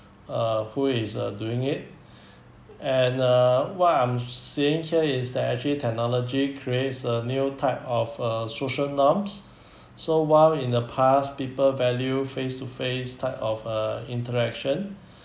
uh who is uh doing it and uh what I'm saying here is that actually technology creates a new type of uh social norms so while in the past people value face to face type of uh interaction